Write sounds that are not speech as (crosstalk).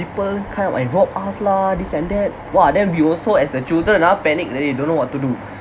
people kind of like rob us lah this and that !wah! then we also as the children ah panic already don't know what to do (breath)